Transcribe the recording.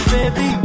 Baby